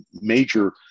major